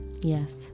Yes